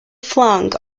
flung